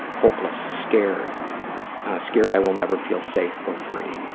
hopeless. scared scared i will never feel safe or free.